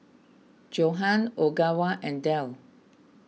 Johan Ogawa and Dell